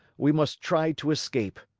we must try to escape.